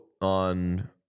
on